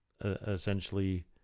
Essentially